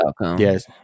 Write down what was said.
Yes